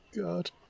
God